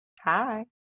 hi